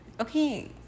Okay